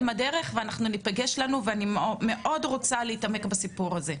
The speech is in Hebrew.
ואנחנו ניפגש לנו ואני מאוד רוצה להתעמק בסיפור הזה.